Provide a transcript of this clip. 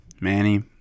manny